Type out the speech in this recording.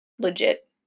legit